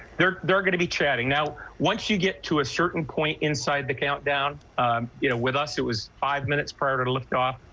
they're they're going to be chatting now once you get to a certain point inside the countdown. um you know with us it was five minutes prior to liftoff.